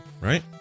right